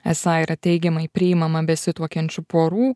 esą yra teigiamai priimama besituokiančių porų